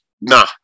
nah